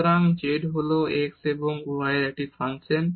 সুতরাং z হল x এবং y এর একটি ফাংশন